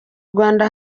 rwanda